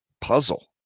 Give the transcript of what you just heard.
puzzle